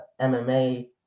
MMA